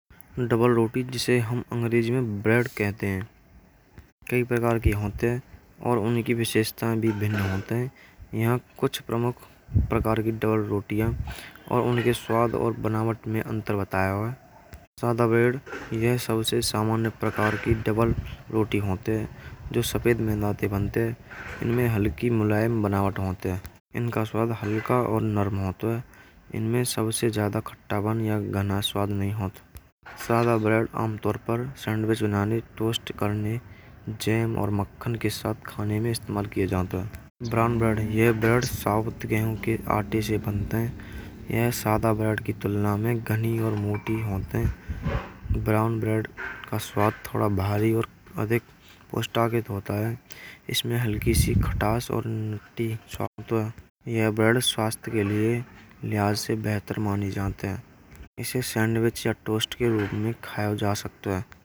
सेबों के विविध प्रकार होत है। हर प्रकार के सेब पाक विधि में अलग-अलग तरीके से प्रयोग होते हैं। हनीक्राट सेब, यह सबसे हल्का वा खट्टा मिश्रण होत है। जिंसमे हलके खट्टास और ताजी होत है। हनीक्राट सेब का उपयोग कैप्सूल का उपयोग ताजी खाने सलाद में डाला जाता है। और सिखाया जातो है। यह सेब पाई और अंकृप्त जैसे डेजर्ट बनावे के लिए भी उपयुक्त है। काला सेब मीठा खासतौर पर बहुत ही असरदार होत है। काला सेब का सबसे अच्छा उपाय ताजे खाने समुद्र में डाले जाने पेस्ट्री बनाने में होत है। ऐसे बच्चों के आदर्श समर्थ होत है। क्योंकि यह नरम और मीठा होता है। ग्रेन स्मिथ सेब, यह सेब ताजगी से भरपूर वा मजबूत स्वाद वाला होत है। ग्रेन स्मिथ सेब का उपयोग पाई डॉटर्स कैप बेकिंग में कियो जातो है। क्योंकि इसका खट्टापन अन्य मीठे स्वाद को अच्छा संतुलन देतो है। यह सेब पके हुए व्यंजन में अच्छे से पकावट होत है।